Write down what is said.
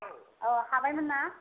औ औ हाबाय मोन ना